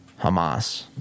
Hamas